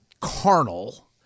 carnal